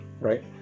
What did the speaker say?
right